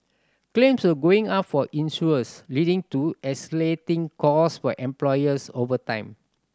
claims were going up for insurers leading to escalating cost for employers over time